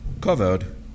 covered